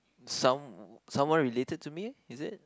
some someone related to me is it